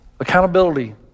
accountability